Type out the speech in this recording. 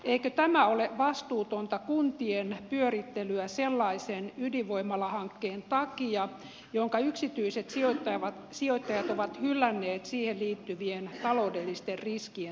eikö tämä ole vastuutonta kuntien pyörittelyä sellaisen ydinvoimalahankkeen takia jonka yksityiset sijoittajat ovat hylänneet siihen liittyvien taloudellisten riskien takia